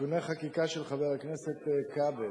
(תיקוני חקיקה), של חבר הכנסת כבל,